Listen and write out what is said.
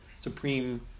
supreme